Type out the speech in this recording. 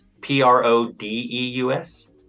P-R-O-D-E-U-S